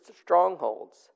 strongholds